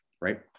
Right